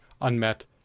unmet